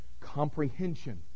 comprehension